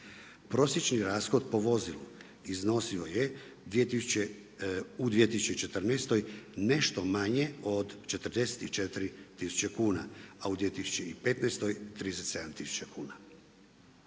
Prosječni rashod po vozilu iznosio je u 2014. nešto manje od 44 tisuće kuna, a u 2015. 37 tisuća kuna.